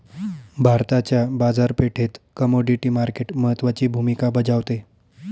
भारताच्या बाजारपेठेत commodity market महत्त्वाची भूमिका बजावते